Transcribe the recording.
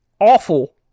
awful